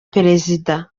perezida